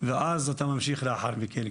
ואז אתה ממשיך לאחר מכן,